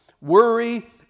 Worry